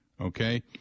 Okay